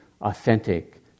authentic